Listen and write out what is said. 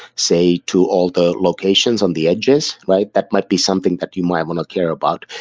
say, to all the locations on the edges, like that might be something that you might want to care about.